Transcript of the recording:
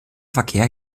verkehr